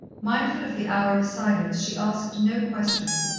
mindful of the hour of silence, she asked no question,